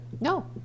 No